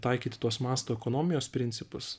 taikyti tuos masto ekonomijos principus